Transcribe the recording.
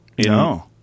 No